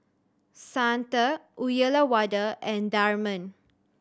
Santha Uyyalawada and Tharman